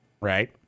right